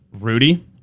Rudy